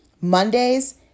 Mondays